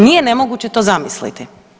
Nije nemoguće to zamisliti.